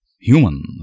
human